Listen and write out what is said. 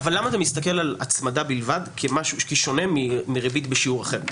אבל למה אתה מסתכל על הצמדה בלבד כמשהו שונה מריבית בשיעור אחר?